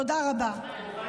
תודה רבה.